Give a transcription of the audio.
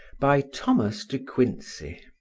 by thomas de quincey